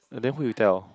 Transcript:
and then who you tell